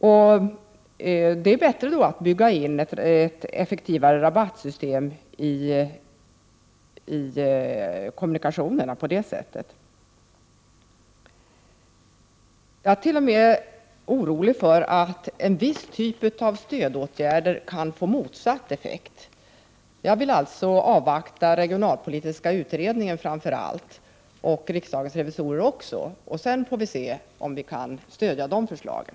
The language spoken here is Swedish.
Det är bättre att på det sättet bygga in ett effektivare rabattsystem i kommunikationerna. orolig för att en viss typ av stödåtgärder kan få motsatt effekt. Jag vill alltså avvakta resultatet av framför allt den regionalpolitiska utredningen men även av riksdagens revisorers granskning. Sedan får vi se om vi kan stödja de förslagen.